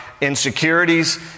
insecurities